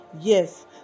Yes